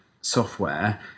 software